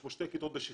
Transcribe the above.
יש בו שתי כיתות בשכבה,